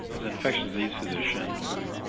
as an infectious disease physician who,